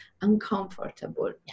uncomfortable